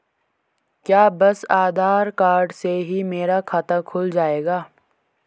क्या बस आधार कार्ड से ही मेरा खाता खुल जाएगा?